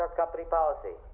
company policy.